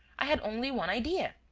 i had only one idea.